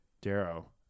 Darrow